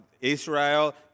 Israel